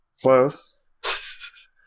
Close